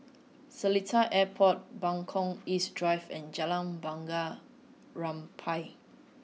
Seletar Airport Buangkok East Drive and Jalan Bunga Rampai